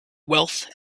wealth